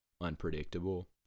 unpredictable